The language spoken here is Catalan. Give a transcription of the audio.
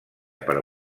per